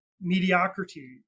mediocrity